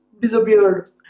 Disappeared